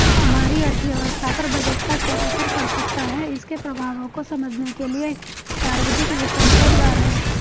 हमारी अर्थव्यवस्था पर बजट का क्या असर पड़ सकता है इसके प्रभावों को समझने के लिए सार्वजिक वित्त मददगार है